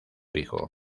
hijo